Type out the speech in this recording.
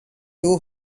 two